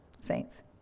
saints